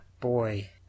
Boy